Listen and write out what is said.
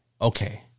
Okay